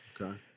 Okay